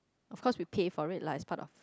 of course we paid for it lah it's part of